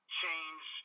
change